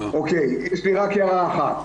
יש לי רק הערה אחת.